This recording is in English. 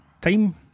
time